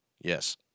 Yes